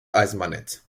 eisenbahnnetz